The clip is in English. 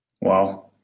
Wow